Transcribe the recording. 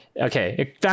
Okay